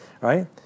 right